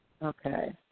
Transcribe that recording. Okay